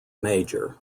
major